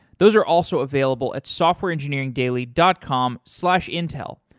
those are also available at softwareengineeringdaily dot com slash intel.